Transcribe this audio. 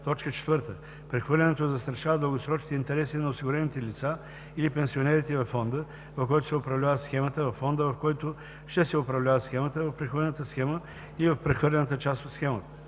прехвърляне; 4. прехвърлянето застрашава дългосрочните интереси на осигурените лица или пенсионерите във фонда, в който се управлява схемата, във фонда, в който ще се управлява схемата, в прехвърлената схема или в прехвърлената част от схемата;